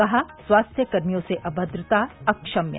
कहा स्वास्थ्य कर्मियों से अभद्रता अक्षम्य